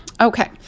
Okay